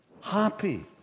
happy